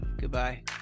goodbye